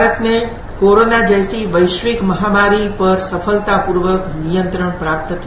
भारत ने कोरोना जैसी वैश्विक महामारी पर सफलतापूर्वक नियंत्रण प्राप्त किया